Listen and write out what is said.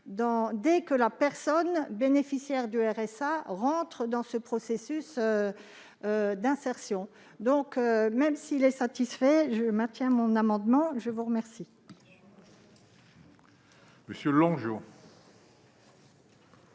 dès que la personne bénéficiaire du RSA entre dans ce processus d'insertion. Même s'il est satisfait, je maintiens mon amendement, monsieur le